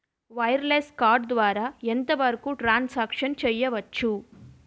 Wireless card ద్వారా ఎంత వరకు ట్రాన్ సాంక్షన్ చేయవచ్చు?